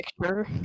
picture